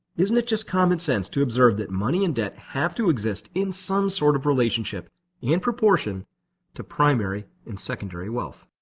isn't it just common sense to observe that money and debt have to exist in some sort of relationship and proportion to primary and secondary wealth?